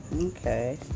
Okay